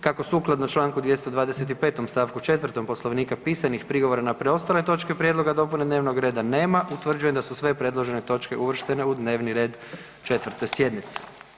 Kako sukladno čl. 225. st. 4. Poslovnika pisanih prigovora na preostale točke prijedloga dopune dnevnog reda nema, utvrđujem da su sve predložene točke uvrštene u dnevni red 4. sjednice.